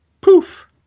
poof